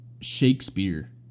Shakespeare